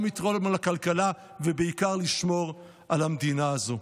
גם לתרום לכלכלה, ובעיקר, לשמור על המדינה הזו.